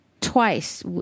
twice